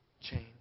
change